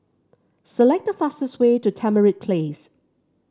select the fastest way to Tamarind Place